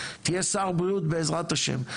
תהיה שר בריאות בעזרת השם,